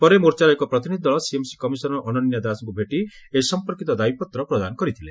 ପରେ ମୋର୍ଚ୍ଚାର ଏକ ପ୍ରତିନିଧି ଦଳ ସିଏମ୍ସି କମିଶନର ଅନନ୍ୟା ଦାସଙ୍କୁ ଭେଟି ଏ ସମ୍ପର୍କିତ ଦାବିପଦ୍ର ପ୍ରଦାନ କରିଥିଲେ